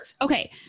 Okay